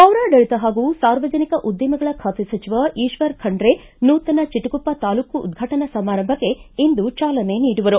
ಪೌರಾಡಳಿತ ಹಾಗೂ ಸಾರ್ವಜನಿಕ ಉದ್ವಿಮೆಗಳ ಖಾತೆ ಸಚಿವ ಈಶ್ವರ ಖಂಡ್ರೆ ನೂತನ ಚಿಟಗುಪ್ಪ ತಾಲೂಕು ಉದ್ವಾಟನಾ ಸಮಾರಂಭಕ್ತೆ ಇಂದು ಚಾಲನೆ ನೀಡುವರು